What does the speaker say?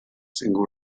single